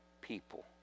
people